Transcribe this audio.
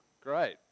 Great